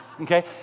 Okay